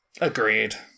agreed